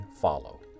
follow